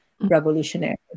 revolutionary